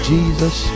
Jesus